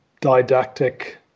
didactic